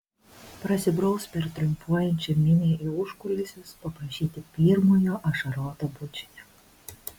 prasibraus per triumfuojančią minią į užkulisius paprašyti pirmojo ašaroto bučinio